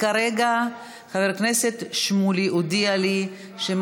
כרגע חבר הכנסת שמולי הודיע לי שהם